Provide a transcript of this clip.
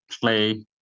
play